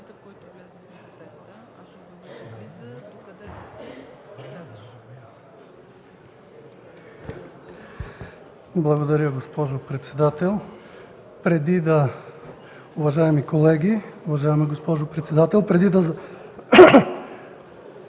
Благодаря Ви, госпожо председател.